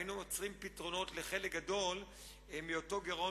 היינו מוצאים פתרונות לחלק גדול מן הגירעון